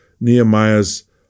Nehemiah's